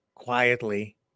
quietly